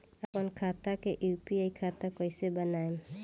आपन खाता के यू.पी.आई खाता कईसे बनाएम?